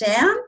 down